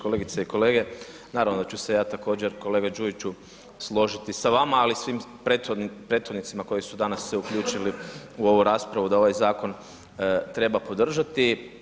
Kolegice i kolege, naravno da ću se ja također kolega Đujiću, složiti sa vama ali i sa svim prethodnicima koji su danas se uključili u ovu raspravu da ovaj zakon treba podržati.